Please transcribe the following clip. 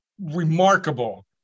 remarkable